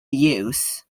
use